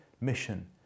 mission